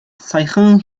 саяхан